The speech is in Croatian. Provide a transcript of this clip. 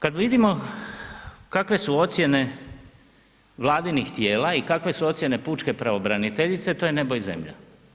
Nadalje, kad vidimo kakve su ocjene vladinih tijela i kakve su ocjene pučke pravobraniteljice to je nebo i zemlja.